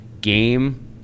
game